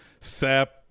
sap